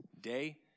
Day